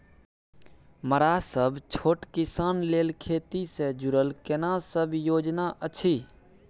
मरा सब छोट किसान लेल खेती से जुरल केना सब योजना अछि?